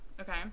okay